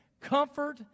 comfort